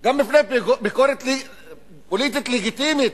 גם מפני ביקורת פוליטית לגיטימית.